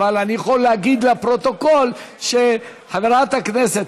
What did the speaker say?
אבל אני יכול להגיד לפרוטוקול שחברת הכנסת